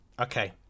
Okay